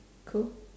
cool